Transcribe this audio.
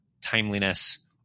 timeliness